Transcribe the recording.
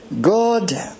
God